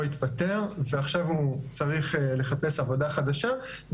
התפטר ועכשיו הוא צריך לחפש עבודה חדשה,